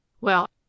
Well